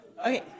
Okay